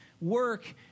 work